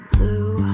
Blue